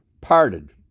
parted